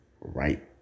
right